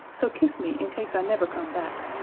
so kiss me in case i never come back.